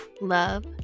love